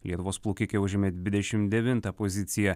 lietuvos plaukikė užėmė dvidešimt devintą poziciją